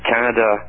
Canada